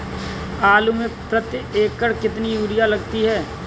आलू में प्रति एकण कितनी यूरिया लगती है?